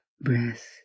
breath